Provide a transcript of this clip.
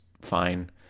fine